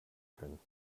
können